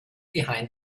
behind